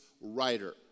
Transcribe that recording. writer